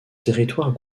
territoire